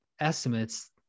estimates